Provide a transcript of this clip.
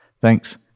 thanks